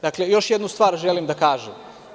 Dakle, još jednu stvar želim da kažem.